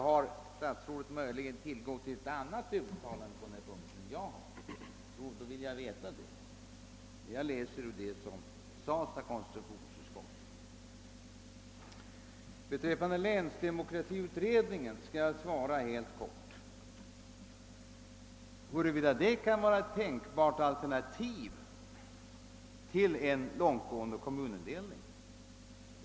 Om herr statsrådet möjligen har tillgång till något annat uttalande på denna punkt än vad jag har, vill jag veta det. Jag har hållit mig till vad konstitutionsutskottet uttalade. Beträffande länsdemokratiutredningen skall jag helt kort besvara frågan huruvida den kan vara ett tänkbart alternativ till en långtgående kommunindelning.